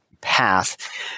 path